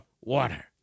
water